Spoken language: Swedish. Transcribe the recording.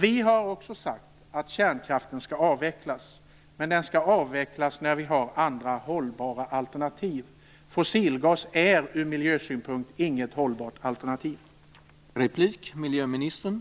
Vi har också sagt att kärnkraften skall avvecklas, men den skall avvecklas när vi har andra, hållbara alternativ. Fossilgas är inte något hållbart alternativ från miljösynpunkt.